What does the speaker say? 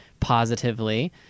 positively